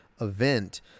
event